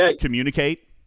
communicate